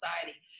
Society